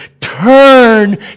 turn